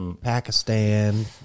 Pakistan